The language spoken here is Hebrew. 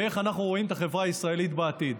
ואיך אנחנו רואים את החברה הישראלית בעתיד.